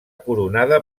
coronada